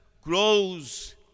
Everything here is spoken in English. grows